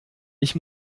ich